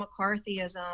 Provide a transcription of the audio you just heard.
McCarthyism